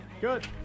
Good